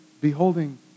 beholding